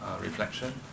reflection